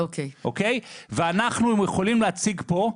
אנחנו יכולים להציג פה,